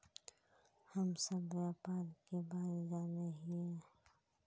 हम सब व्यापार के बारे जाने हिये?